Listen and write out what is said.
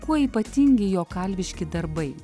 kuo ypatingi jo kalviški darbai